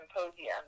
symposium